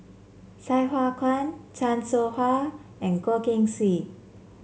Sai Hua Kuan Chan Soh Ha and Goh Keng Swee